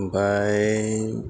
ओमफाय